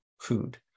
food